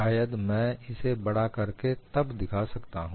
शायद मैं इसे बड़ा करके तब दिखा सकता हूं